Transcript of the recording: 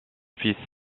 fils